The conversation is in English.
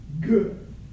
good